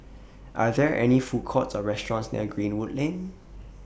Are There any Food Courts Or restaurants near Greenwood Lane